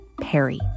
Perry